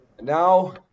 Now